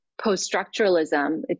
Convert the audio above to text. post-structuralism